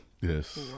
Yes